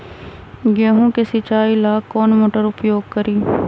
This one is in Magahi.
गेंहू के सिंचाई ला कौन मोटर उपयोग करी?